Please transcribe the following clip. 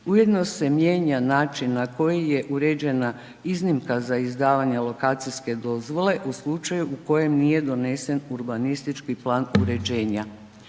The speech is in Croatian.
Ujedno se mijenja način na koji je uređena iznimka za izdavanje lokacijske dozvole u slučaju u kojem nije donesen urbanistički plan uređenja.